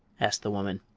asked the woman.